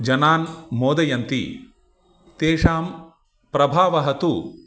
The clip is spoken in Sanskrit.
जनान् मोदयन्ति तेषां प्रभावः तु